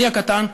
אני הקטן,